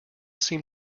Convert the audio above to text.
seem